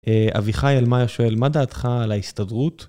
אביחי על מאיה שואל, מה דעתך על ההסתדרות?